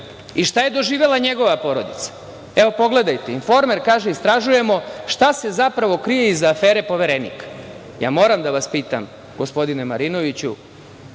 i šta je doživela njegova porodica? Evo, pogledajte „Informer“ kaže – istražujemo šta se zapravo krije iza afere „Poverenik“.Moram da vas pitam, gospodine Marinoviću,